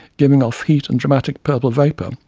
giving off heat and dramatic purple vapour,